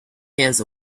hands